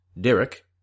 Derek